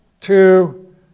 two